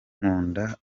nkunda